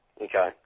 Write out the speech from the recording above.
Okay